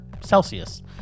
celsius